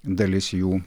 dalis jų